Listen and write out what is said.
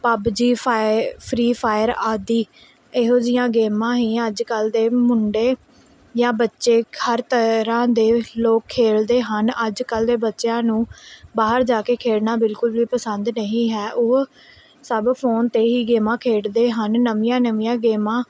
PUBG ਫਾਏ free fire ਆਦਿ ਇਹੋ ਜਿਹੀਆਂ ਗੇਮਾਂ ਹੀ ਅੱਜ ਕੱਲ੍ਹ ਦੇ ਮੁੰਡੇ ਜਾਂ ਬੱਚੇ ਹਰ ਤਰ੍ਹਾਂ ਦੇ ਲੋਕ ਖੇਲਦੇ ਹਨ ਅੱਜ ਕੱਲ੍ਹ ਦੇ ਬੱਚਿਆਂ ਨੂੰ ਬਾਹਰ ਜਾ ਕੇ ਖੇਡਣਾ ਬਿਲਕੁਲ ਵੀ ਪਸੰਦ ਨਹੀਂ ਹੈ ਉਹ ਸਭ ਫੋਨ 'ਤੇ ਹੀ ਗੇਮਾਂ ਖੇਡਦੇ ਹਨ ਨਵੀਆਂ ਨਵੀਆਂ ਗੇਮਾਂ